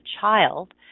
child